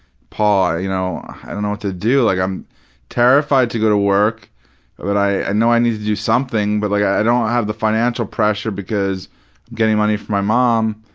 paul, you know i don't know what to do. like, i'm terrified to go to work but but i know i need to do something, but like i don't have the financial pressure because i'm getting money from my mom,